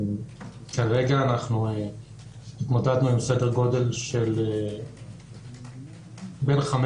וכרגע התמודדנו עם סדר גודל של בין 5